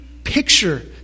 picture